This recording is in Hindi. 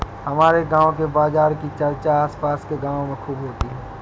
हमारे गांव के बाजार की चर्चा आस पास के गावों में खूब होती हैं